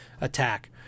attack